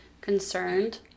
concerned